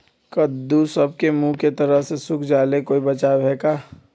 कददु सब के मुँह के तरह से सुख जाले कोई बचाव है का?